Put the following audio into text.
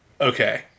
Okay